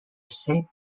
saint